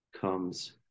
comes